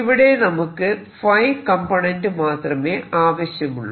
ഇവിടെ നമുക്ക് 𝜙 കംപോണേന്റ് മാത്രമെ ആവശ്യമുള്ളൂ